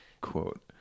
quote